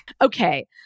Okay